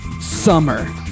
Summer